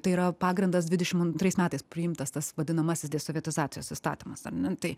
tai yra pagrindas dvidešim antrais metais priimtas tas vadinamasis desovietizacijos įstatymas ar ne tai